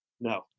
No